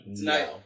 tonight